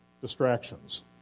distractions